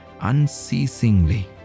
unceasingly